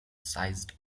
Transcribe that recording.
sized